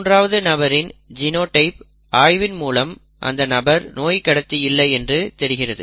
3 ஆவது நபரின் ஜினோடைப் ஆய்வின் மூலன் அந்த நபர் நோய் கடத்தி இல்லை என்று தெரிகிறது